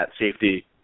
safety